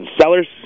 sellers